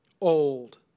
old